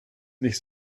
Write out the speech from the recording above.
nicht